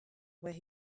where